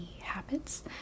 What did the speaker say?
habits